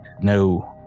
No